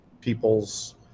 people's